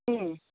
अँ